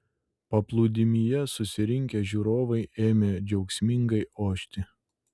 paplūdimyje susirinkę žiūrovai ėmė džiaugsmingai ošti